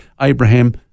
Abraham